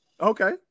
Okay